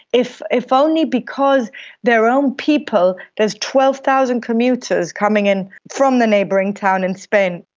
if if only because their own people, there's twelve thousand commuters coming in from the neighbouring town in spain,